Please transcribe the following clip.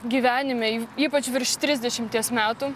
gyvenime ypač virš trisdešimties metų